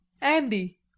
Andy